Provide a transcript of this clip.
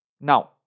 Now